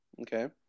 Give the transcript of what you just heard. okay